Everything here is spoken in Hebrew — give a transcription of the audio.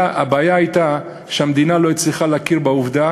הבעיה הייתה שהמדינה לא הצליחה להכיר בעובדה